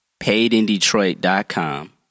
paidindetroit.com